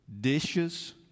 Dishes